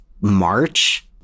March